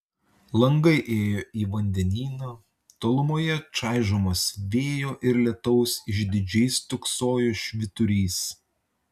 langai ėjo į vandenyną tolumoje čaižomas vėjo ir lietaus išdidžiai stūksojo švyturys